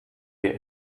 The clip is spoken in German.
wir